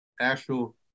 actual